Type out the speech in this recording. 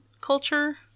culture